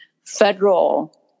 federal